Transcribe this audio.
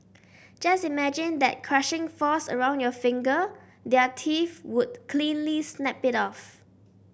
just imagine that crushing force around your finger their teeth would cleanly snap it off